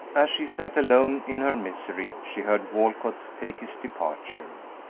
as she sat alone in her misery she heard walcott take his departure.